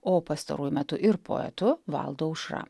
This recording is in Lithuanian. o pastaruoju metu ir poetu valdu aušra